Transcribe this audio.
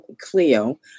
Cleo